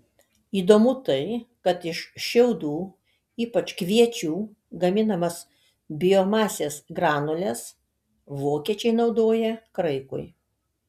įdomu tai kad iš šiaudų ypač kviečių gaminamas biomasės granules vokiečiai naudoja kraikui